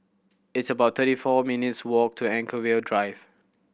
it's about thirty four minutes' walk to Anchorvale Drive